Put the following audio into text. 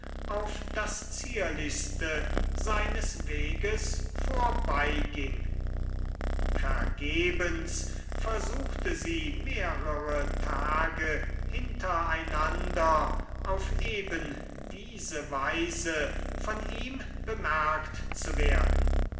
auf das zierlichste seines weges vorbeiging vergebens versuchte sie mehrere tage hintereinander auf ebendiese weise von ihm bemerkt zu werden